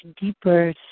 deeper